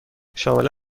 شامل